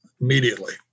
immediately